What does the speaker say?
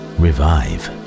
revive